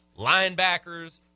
linebackers